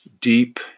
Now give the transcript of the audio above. deep